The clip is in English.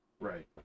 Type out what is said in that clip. Right